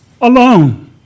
alone